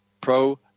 pro